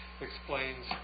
explains